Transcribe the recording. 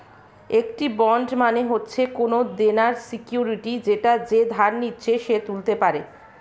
একটি বন্ড মানে হচ্ছে কোনো দেনার সিকিউরিটি যেটা যে ধার নিচ্ছে সে তুলতে পারে